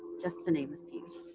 just to name a few.